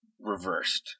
reversed